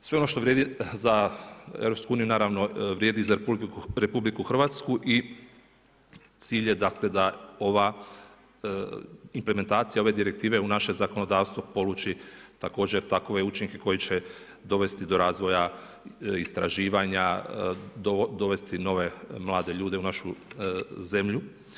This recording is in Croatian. Sve ono što vrijedi za EU naravno vrijedi i za RH i cilj je da ova implementacija ove direktive u naše zakonodavstvo poluči također takove učinke koji će dovesti do razvoja, istraživanja, dovesti nove mlade ljude u našu zemlju.